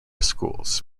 schools